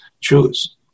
choose